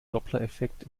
dopplereffekt